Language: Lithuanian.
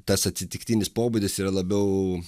tas atsitiktinis pobūdis yra labiau